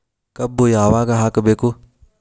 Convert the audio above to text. ಕಬ್ಬು ಯಾವಾಗ ಹಾಕಬೇಕು?